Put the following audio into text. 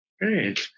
Great